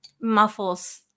muffles